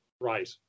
right